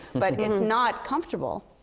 but it's not comfortable.